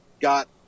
got